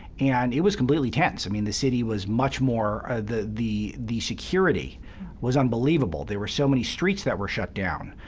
and it was completely tense. i mean, the city was much more ah the the security was unbelievable. there were so many streets that were shut down.